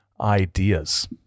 ideas